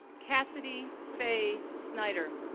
cassidy fey snyder,